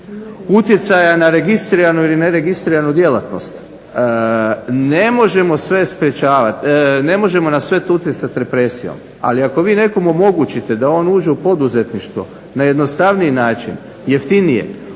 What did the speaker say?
utjecaja na registriranu ili neregistriranu djelatnost ne možemo sve sprječavati, ne možemo na sve utjecati represijom, ali ako vi nekom omogućite da on uđe u poduzetništvo na jednostavniji način, jeftinije